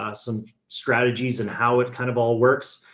ah some strategies and how it kind of all works.